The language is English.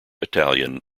italian